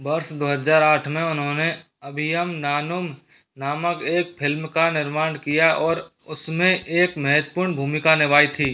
वर्ष दो हज़ार आठ में उन्होंने अभियम नानुम नामक एक फिल्म का निर्माण किया और उसमें एक महत्वपूर्ण भूमिका निभाई थी